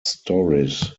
stories